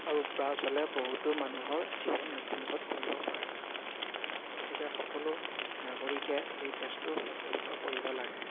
আৰু ব্ৰাছ হ'লে বহুতো মানুহৰ জীৱন মৃত্যুমুখত পৰিব পাৰে গতিকে সকলো নাগৰিকে এই গেছটোৰ সদব্যৱহাৰ কৰিব লাগে